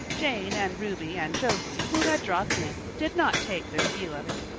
jane and ruby and josie, who had dropped in, did not take this view of it.